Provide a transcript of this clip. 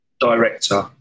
director